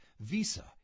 Visa